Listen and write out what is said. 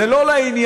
זה לא לעניין.